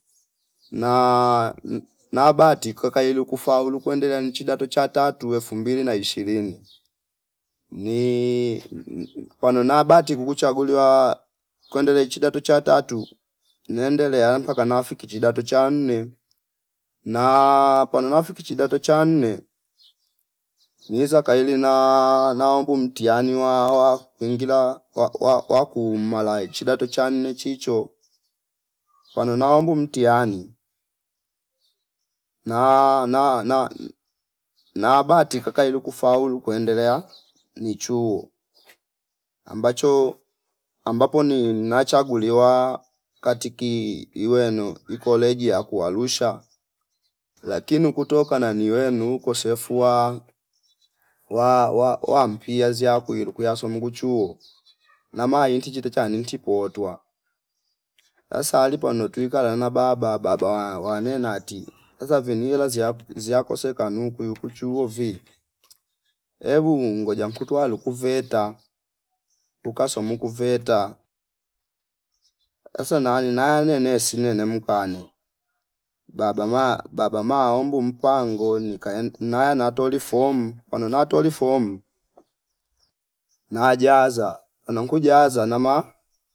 Na nabati kakailu kufaulu kwendelea nchidato cha tatu elfu na ishirini ni pano na bati kukuchaguliwa kwendele chidato cha tatu nendelea paka nafiki chidato cha nne na panonafiki chidato cha nne niza kaili naa- naumbu mtihani wa- wa- wakuingilia wa- wa- wakumala chidato cha nne chicho pano naumbu mtihani naa na- nabatika kaili kufaulu kuendelea ni chuo ambacho ambapo ni nachaguliwa katiki iweno ikolegi ya ku Arushalakini kutokana na niwenu ukosefu wa- wa- wampia zi akwiru kuyasumungu chuo namai inti asa alipo notwika lana na bababa wa- wanena ti asa vinila ziak- ziakose kanu kuyuyu kuchu uwovi embu ngoja nkutwa lukuveta ukasamuku veta asa nani naane nane nesine nemkane baba ma- baba maombu mpango ni kaen nanaye natoli fomu pano natoli fom najaza nakujaza nama